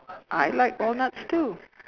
I like walnuts too